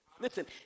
Listen